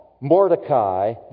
Mordecai